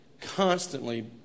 constantly